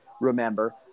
remember